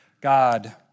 God